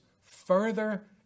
further